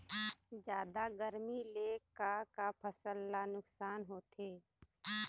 जादा गरमी ले का का फसल ला नुकसान होथे?